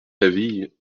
heavy